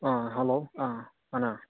hello ꯑꯥ ꯀꯅꯥ